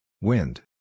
Wind